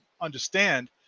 understand